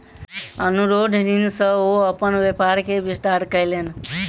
अनुरोध ऋण सॅ ओ अपन व्यापार के विस्तार कयलैन